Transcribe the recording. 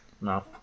No